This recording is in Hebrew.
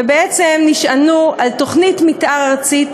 ונשענו על תוכנית מתאר ארצית,